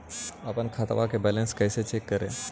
अपन खाता के बैलेंस कैसे चेक करे?